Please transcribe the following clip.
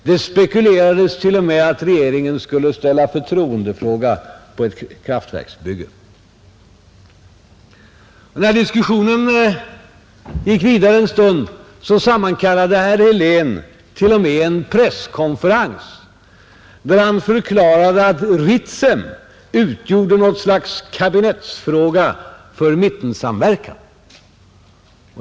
Det spekulerades t.o.m., i att regeringen skulle ställa förtroendefråga på ett kraftverksbygge. När diskussionen hade hållit på ett tag sammankallade herr Helén t.o.m., en presskonferens, där han förklarade att Ritsem utgjorde något slags kabinettsfråga för mittensamverkan.